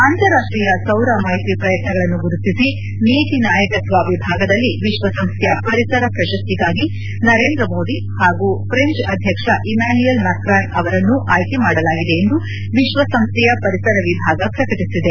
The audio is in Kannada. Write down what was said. ಅಂತಾರಾಷ್ಟೀಯ ಸೌರ ಮೈತ್ರಿ ಪ್ರಯತ್ನಗಳು ಗುರುತಿಸಿ ನೀತಿ ನಾಯಕತ್ವ ವಿಭಾಗದಲ್ಲಿ ವಿಶ್ವಸಂಸ್ಥೆಯ ಪರಿಸರ ಪ್ರಶಸ್ತಿಗಾಗಿ ನರೇಂದ್ರ ಮೋದಿ ಹಾಗೂ ಫ್ರೆಂಚ್ ಅಧ್ಯಕ್ಷ ಇಮ್ಯಾನ್ಯುಯಲ್ ಮಕ್ರಾನ್ ಅವರನ್ನು ಆಯ್ಕೆ ಮಾಡಲಾಗಿದೆ ಎಂದು ವಿಶ್ವಸಂಸ್ಥೆಯ ಪರಿಸರ ವಿಭಾಗ ಪ್ರಕಟಿಸಿದೆ